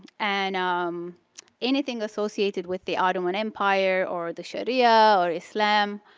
and um anything associated with the ottoman empire or the sharia or islam,